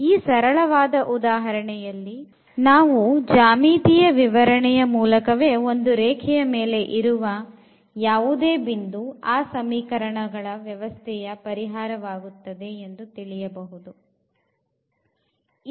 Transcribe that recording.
ಆದರೆ ಈ ಸರಳವಾದ ಉದಾಹರಣೆಯಲ್ಲಿ ನಾವು ಜಾಮಿತಿಯ ವಿವರಣೆಯ ಮೂಲಕವೇ ಒಂದು ರೇಖೆಯ ಮೇಲೆ ಇರುವ ಯಾವುದೇ ಬಿಂದು ಆ ಸಮೀಕರಣ ವ್ಯವಸ್ಥೆಯ ಪರಿಹಾರವಾಗುತ್ತದೆ ಎಂದು ತಿಳಿಯಬಹುದು